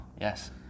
Yes